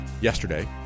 yesterday